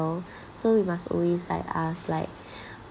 so you must always like ask like